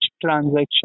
transaction